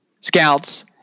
scouts